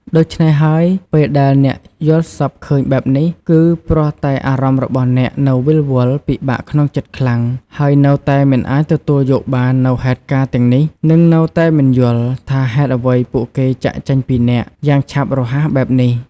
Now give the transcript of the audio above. ដូច្នេះហើយ ពេលដែលអ្នកយល់សប្តិឃើញបែបនេះ គឺព្រោះតែអារម្មណ៍របស់អ្នក នៅវិលវល់ ពិបាកក្នុងចិត្តខ្លាំង ហើយនៅតែមិនអាចទទួលយកបាននូវហេតុការណ៍ទាំងនេះ និងនៅតែមិនយល់ ថាហេតុអ្វីពួកគេចាកចេញពីអ្នក យ៉ាងឆាប់រហ័សបែបនេះ។